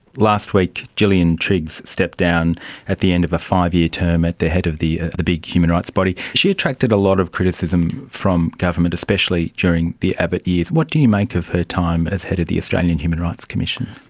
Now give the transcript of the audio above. last week gillian triggs stepped down at the end of a five-year term at the head of the the big human rights body. she attracted a lot of criticism from government, especially during the abbott years. what do you make of her time as head of the australian human rights commission?